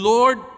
Lord